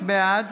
בעד